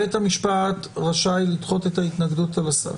בית המשפט רשאי לדחות את ההתנגדות על הסף.